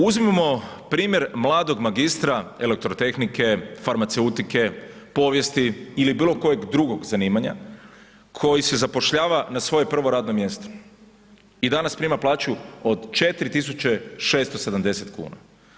Uzmimo primjer mladog magistra elektrotehnike, farmaceutike, povijesti ili bilo kojeg drugog zanimanja, koji se zapošljava na svoje prvo radno mjesto i danas prima plaću od 4670 kn.